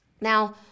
now